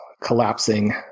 collapsing